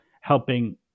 helping